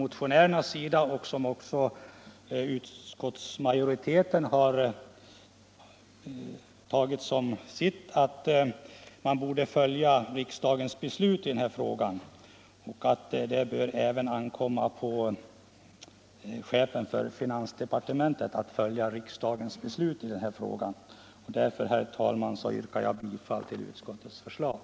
Motionärerna menar emellertid — och det har utskottets majoritet instämt i — att riksdagens beslut i denna fråga 185 borde ha följts. Det bör ankomma även på chefen för finansdepartementet att följa riksdagens beslut i sådana fall. Herr talman! Jag yrkar bifall till utskottets hemställan.